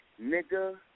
nigga